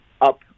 up